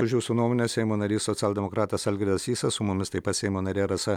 už jūsų nuomonę seimo narys socialdemokratas algirdas sysas su mumis taip pat seimo narė rasa